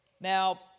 Now